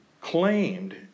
claimed